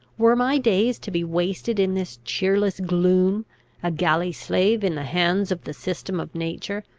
were my days to be wasted in this cheerless gloom a galley-slave in the hands of the system of nature,